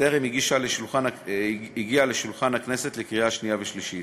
בטרם הגיעה לשולחן הכנסת לקריאה שנייה ושלישית.